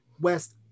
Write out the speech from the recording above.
West